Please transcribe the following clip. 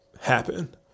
happen